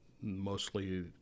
mostly